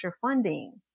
funding